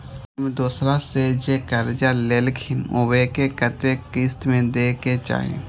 हम दोसरा से जे कर्जा लेलखिन वे के कतेक किस्त में दे के चाही?